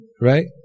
right